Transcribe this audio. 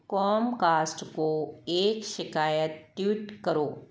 Comcast को एक शिकायत ट्विट करो